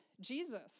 Jesus